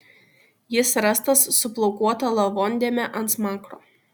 jis rastas su plaukuota lavondėme ant smakro